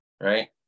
right